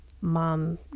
mom